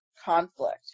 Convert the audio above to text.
conflict